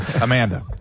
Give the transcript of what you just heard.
Amanda